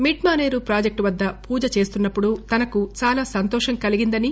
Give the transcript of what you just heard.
మిడ్మాసేరు project వద్ద పూజ చేస్తున్న ప్పుడు తనకు చాలా సంతోషం కలిగిందనీ